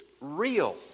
real